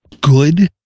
good